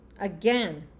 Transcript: Again